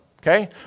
Okay